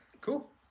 cool